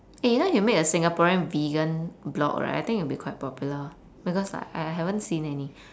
eh then you make a singaporean vegan vlog right I think it will be quite popular because like I I haven't seen any